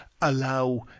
allow